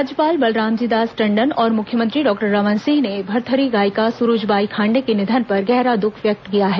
राज्यपाल बलरामजी दास टंडन और मुख्यमंत्री डॉक्टर रमन सिंह ने भरथरी गायिका सुरुज बाई खांडे के निधन पर गहरा दुख व्यक्त किया है